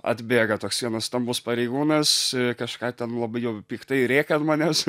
atbėga toks vienas stambus pareigūnas kažką ten labai jau piktai rėkia ant manęs